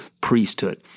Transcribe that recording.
priesthood